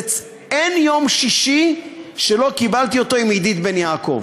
אין יום שישי שלא קיבלתי עם עידית בן-יעקב.